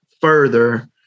further